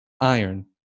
iron